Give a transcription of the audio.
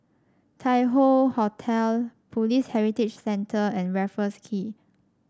Tai Hoe Hotel Police Heritage Centre and Raffles Quay